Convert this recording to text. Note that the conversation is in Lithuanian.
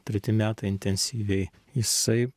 treti metai intensyviai jisai